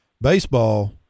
baseball